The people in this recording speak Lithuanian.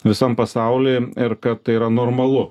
visam pasauly ir kad tai yra normalu